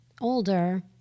older